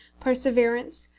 perseverance,